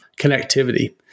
connectivity